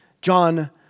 John